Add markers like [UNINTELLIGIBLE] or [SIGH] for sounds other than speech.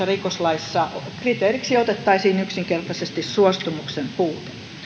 [UNINTELLIGIBLE] rikoslaissa kriteeriksi otettaisiin yksinkertaisesti suostumuksen puute